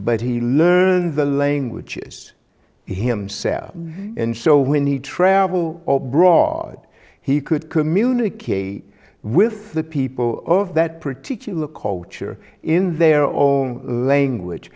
but he learned the languages himself and so when you travel or brod he could communicate with the people of that particular culture in their own language